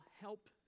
help